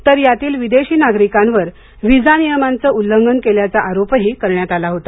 तर यातील विदेशी नागरिकांवर व्हिसा नियमांचं उल्लंघन केल्याचा आरोपही करण्यात आला होता